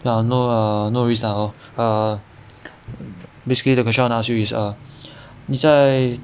there are no uh no risk lah hor err basically the question I wanna ask you is err 你在